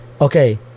Okay